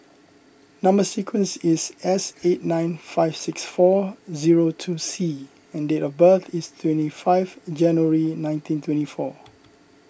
Number Sequence is S eight nine five six four zero two C and date of birth is twenty five January nineteen twenty four